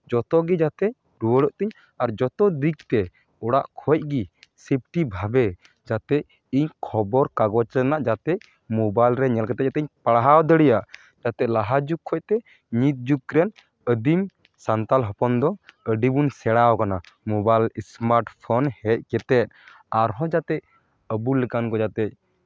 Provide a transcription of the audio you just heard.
ᱡᱚᱛᱚᱜᱮ ᱡᱟᱛᱮ ᱨᱩᱣᱟᱹᱲᱚᱜ ᱛᱤᱧ ᱟᱨ ᱡᱚᱛᱚ ᱫᱤᱠ ᱛᱮ ᱚᱲᱟᱜ ᱠᱷᱚᱡ ᱜᱮ ᱥᱮᱯᱴᱤ ᱵᱷᱟᱵᱮ ᱡᱟᱛᱮ ᱤᱧ ᱠᱷᱚᱵᱚᱨ ᱠᱟᱜᱚᱡᱽ ᱨᱮᱱᱟᱜ ᱡᱟᱛᱮ ᱢᱳᱵᱟᱭᱤᱞ ᱨᱮ ᱧᱮᱞ ᱠᱟᱛᱮ ᱡᱟᱛᱮ ᱯᱟᱲᱦᱟᱣ ᱫᱟᱲᱮᱭᱟᱜ ᱡᱟᱛᱮ ᱞᱟᱦᱟ ᱡᱩᱜᱽ ᱠᱷᱚᱡ ᱛᱮ ᱱᱤᱛ ᱡᱩᱜᱽ ᱨᱮᱱ ᱟᱹᱫᱤᱢ ᱥᱟᱱᱛᱟᱲ ᱦᱚᱯᱚᱱ ᱫᱚ ᱟᱹᱰᱤ ᱵᱚᱱ ᱥᱮᱬᱟᱣ ᱠᱟᱱᱟ ᱢᱳᱵᱟᱭᱤᱞ ᱥᱢᱟᱨᱴ ᱯᱷᱳᱱ ᱦᱮᱡ ᱠᱟᱛᱮ ᱟᱨᱦᱚᱸ ᱡᱟᱛᱮ ᱟᱵᱚ ᱞᱮᱠᱟᱱ ᱠᱚ ᱡᱟᱛᱮ